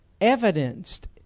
evidenced